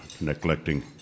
neglecting